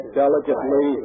delicately